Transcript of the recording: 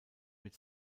mit